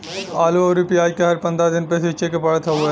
आलू अउरी पियाज के हर पंद्रह दिन पे सींचे के पड़त हवे